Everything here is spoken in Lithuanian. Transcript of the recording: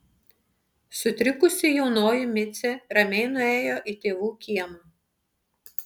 sutrikusi jaunoji micė ramiai nuėjo į tėvų kiemą